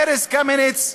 ארז קמיניץ,